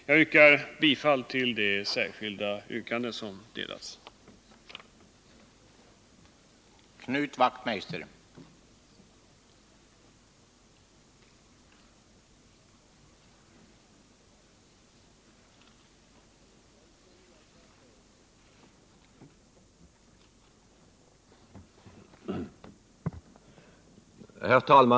Jag yrkar bifall till det särskilda yrkande som har delats ut till kammarens ledamöter och som har följande lydelse: